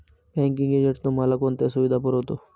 Banking agent तुम्हाला कोणत्या सुविधा पुरवतो?